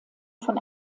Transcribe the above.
von